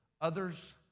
Others